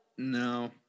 No